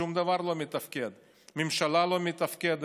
שום דבר לא מתפקד, הממשלה לא מתפקדת,